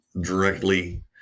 directly